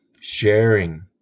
sharing